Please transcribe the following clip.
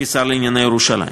כשר לענייני ירושלים.